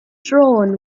drawn